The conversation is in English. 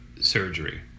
surgery